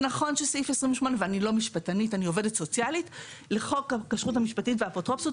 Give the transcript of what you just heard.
זה נכון שסעיף 28 לחוק הכשרות המשפטית והאפוטרופסות